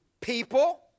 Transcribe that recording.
people